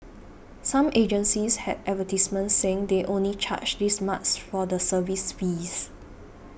some agencies had advertisements saying they only charge this much for the service fees